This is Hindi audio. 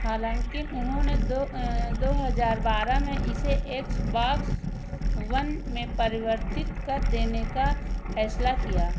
हालाँकि उन्होंने दो दो हज़ार बारह में इसे एक्सबॉक्स वन में परिवर्तित कर देने का फैसला किया